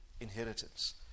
inheritance